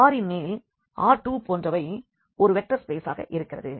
R இன் மேல் R2 போன்றவை ஒரு வெக்டர் ஸ்பேஸ்ஆக இருக்கிறது